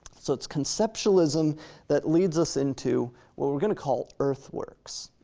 so it's conceptualism that leads us into what we're gonna call earthworks,